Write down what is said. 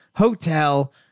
hotel